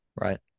right